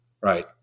right